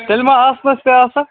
تیٚلہِ ما آسٕنَس تہٕ آسکھ